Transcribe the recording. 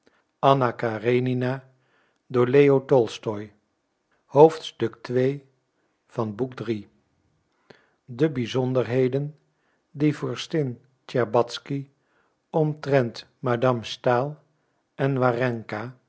de bizonderheden die vorstin tscherbatzky omtrent madame stahl en